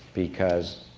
because,